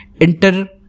enter